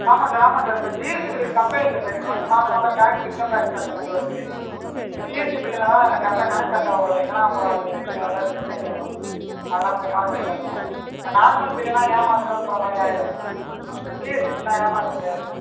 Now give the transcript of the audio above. ஆமாம் சார் ஆமாம் சார் இப்போ ஜிஎஸ்டி பில்லுக்கு கம்பெனி இல்லை சார் இப்போ வந்து மாதம் மாதம் டேக்ஸ் இன்கம் டேக்ஸ் கட்டுற மாதிரி வருது இப்போ ஜிஎஸ்டி பில்லுனா தான் எனக்கு கரெக்டாக கணக்கு கரெக்டாக வரும் இல்லைனா அப்புறம் அது தேவையில்லாத பிரச்சனைகள் வரும் அதெல்லாம் கொஞ்சம் பார்க்க வேண்டியதாக இருக்கும் இப்போ நார்மல் பில்லுன்னா ஏமாத்துகிறோன்ற மாதிரி ஆகிடும் ஜிஎஸ்டி பில்லுனா ஏமாற்ற முடியாதில்ல